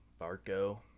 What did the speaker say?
Barco